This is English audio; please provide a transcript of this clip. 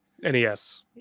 NES